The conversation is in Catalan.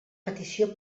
petició